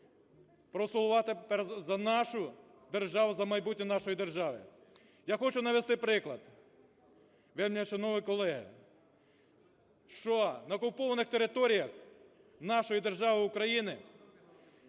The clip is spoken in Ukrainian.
Проголосувати за нашу державу, за майбутнє нашої держави. Я хочу навести приклад, вельмишановні колеги. Що на окупованих територіях нашої держави України